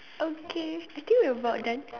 okay I think we're about done